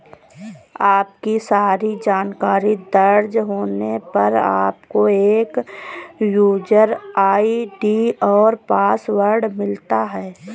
आपकी सारी जानकारी दर्ज होने पर, आपको एक यूजर आई.डी और पासवर्ड मिलता है